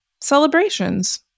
celebrations